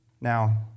Now